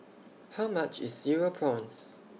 How much IS Cereal Prawns